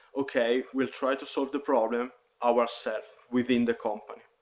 okay, we'll try to solve the problem our self within the company.